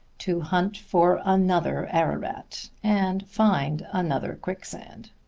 to hunt for another ararat and find another quicksand.